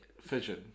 fission